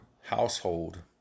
household